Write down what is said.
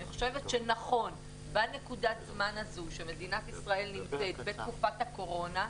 אני חושבת שנכון בנקודת הזמן הזו שמדינת ישראל שנמצאת בתקופת הקורונה,